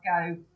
go